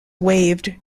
waived